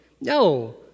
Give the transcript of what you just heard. No